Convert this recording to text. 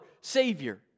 Savior